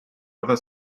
other